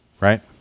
right